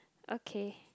okay